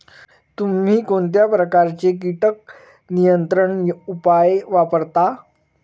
तुम्ही कोणत्या प्रकारचे कीटक नियंत्रण उपाय वापरता?